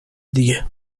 دیگه